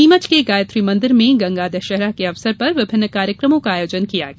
नीमच के गायत्री मंदिर में गंगा दशहरा के अवसर पर विभिन्न कार्यक्रमों का आयोजने किया गया